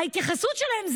ההתייחסות שלהם,